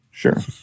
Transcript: Sure